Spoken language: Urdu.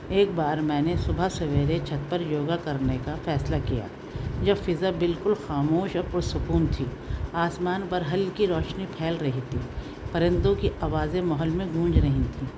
ایک بار میں نے صبح سویرے چھت پر یوگا کرنے کا فیصلہ کیا جب فضا بالکل خاموش اور پرسکون تھی آسمان پر ہلکی روشنی پھیل رہی تھی پرندوں کی آوازیں ماحول میں گونج رہیں تھیں